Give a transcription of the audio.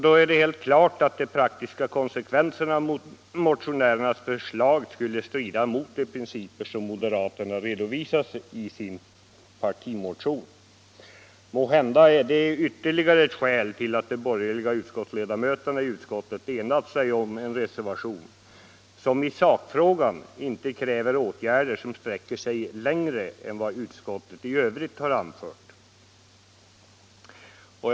Då är det helt klart att de praktiska konsekvenserna av motionärernas förslag skulle strida emot de principer som moderaterna redovisat i sin partimotion. Måhända är det ytterligare ett skäl till att de borgerliga ledamöterna i utskottet enats om en reservation som i sakfrågan inte kräver åtgärder som sträcker sig längre än vad utskottet i övrigt har förordat.